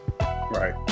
right